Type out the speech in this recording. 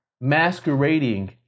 masquerading